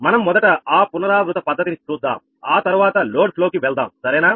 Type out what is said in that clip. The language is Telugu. మనం మొదట ఆ పునరావృత పద్ధతిని చూద్దాం ఆ తర్వాత లోడ్ ఫ్లో కి వెళ్దాం సరేనా